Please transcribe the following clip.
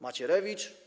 Macierewicz?